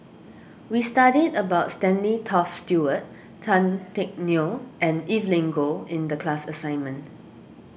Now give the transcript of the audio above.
we studied about Stanley Toft Stewart Tan Teck Neo and Evelyn Goh in the class assignment